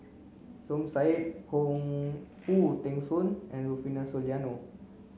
Som Said Khoo Teng Soon and Rufino Soliano